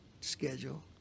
schedule